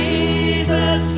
Jesus